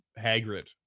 Hagrid